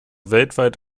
weltweit